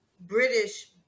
British